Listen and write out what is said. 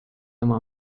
oma